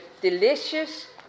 delicious